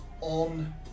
on